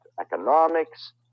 economics